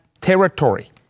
territory